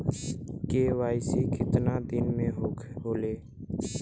KYC कितना दिन में होले?